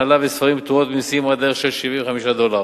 הנעלה וספרים פטורות ממסים עד לערך של 75 דולר.